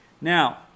Now